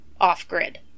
off-grid